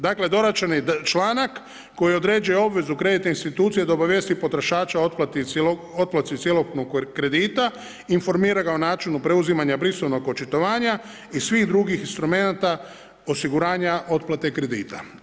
Dakle, dorađen je članak koji određuje obvezu kreditnih institucija da obavijesti potrošača o otplati cjelokupnog kredita, informira ga o načinu preuzimanja … očitovanja i svih drugih instrumenata osiguranja otplate kredita.